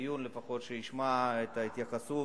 לפחות מי שביקש את הדיון, שישמע את ההתייחסות